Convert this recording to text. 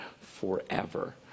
forever